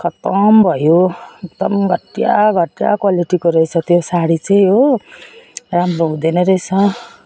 खतम भयो एकदम घटिया घटिया क्वालिटीको रहेछ त्यो साडी चाहिँ हो राम्रो हुँदैन रहेछ